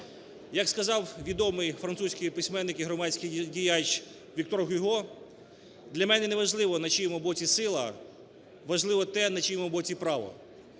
Як сказав відомий французький письменник і громадський діяч Віктор Гюго, для мене не важливо, на чиєму боці сила, важливо те, на чиєму боці право.